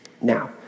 Now